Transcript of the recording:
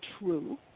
true